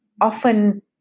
often